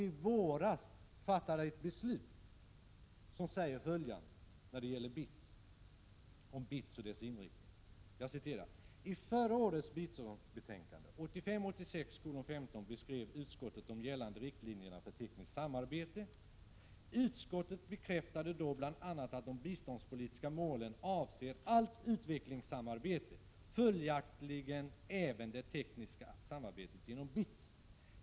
I våras fattade utrikesutskottet ett beslut som gäller BITS. I betänkandet stod följande: ”I förra årets biståndsbetänkande UU 1985/86:15 beskrev utskottet de gällande riktlinjerna för tekniskt samarbete. Utskottet bekräftade då bl.a. att de biståndspolitiska målen avser allt utvecklingssamarbete, följaktligen även det tekniska samarbetet genom BITS.